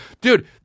Dude